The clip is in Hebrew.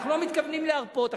אנחנו לא מתכוונים להרפות.